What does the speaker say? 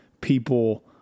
people